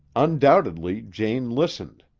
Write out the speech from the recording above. undoubtedly jane listened.